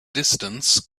distance